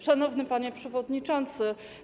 Szanowny Panie Przewodniczący!